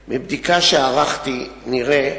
חבר הכנסת אמנון